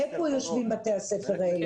איפה יושבים בתי הספר האלה.